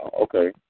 Okay